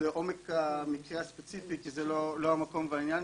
לעומק המקרה הספציפי כי זה לא המקום והעניין.